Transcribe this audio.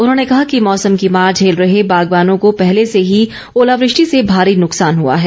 उन्होंने कहा कि मौसम की मार झेल रहे बागवानों को पहले से ही ओलावृष्टि से भारी नुकसान हुआ है